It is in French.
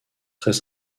très